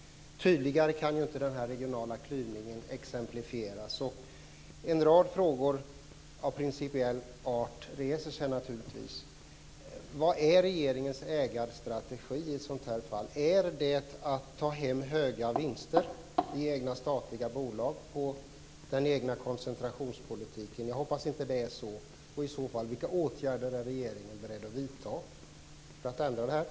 Tydligare kan inte den regionala klyvningen exemplifieras. En rad frågor av principiell art reser sig naturligtvis. Vad är regeringens ägarstrategi i ett sådant här fall? Är det att ta hem höga vinster i egna statliga bolag med den egna koncentrationspolitiken? Jag hoppas att det inte så? Om det är så, vilka åtgärder är regeringen beredd att vidta för att ändra på det?